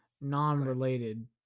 non-related